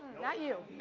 not you.